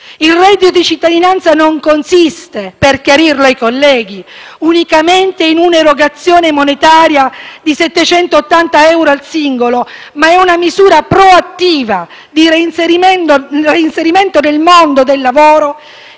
Il reddito di cittadinanza non consiste - per chiarirlo ai colleghi - unitamente in un'erogazione monetaria di 780 euro al singolo, ma è una misura proattiva di reinserimento nel mondo del lavoro